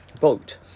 Vote